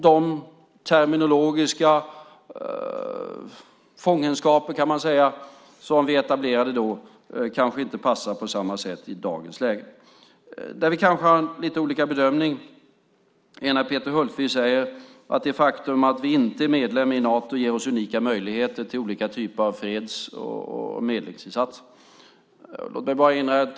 De terminologiska fångenskaper vi etablerade då kanske inte passar på samma sätt i dagens läge. Där vi kanske gör lite olika bedömning är när Peter Hultqvist säger att det faktum att vi inte är medlem i Nato ger oss unika möjligheter till olika typer av freds och medlingsinsatser.